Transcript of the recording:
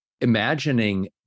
imagining